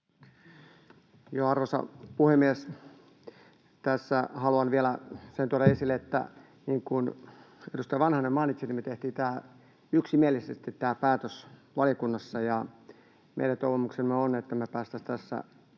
Arvoisa puhemies! Tässä haluan vielä sen tuoda esille, että, niin kuin edustaja Vanhanen mainitsi, me tehtiin tämä päätös yksimielisesti valiokunnassa, ja meidän toivomuksemme on, että me päästäisiin tässä